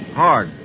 hard